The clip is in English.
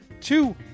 two